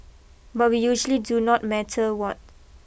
but we usually do not matter what